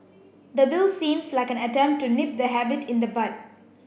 the bill seems like an attempt to nip the habit in the bud